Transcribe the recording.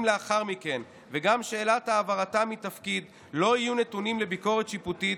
לאחר מכן וגם שאלת העברתם מתפקיד לא יהיו נתונים לביקורת שיפוטית,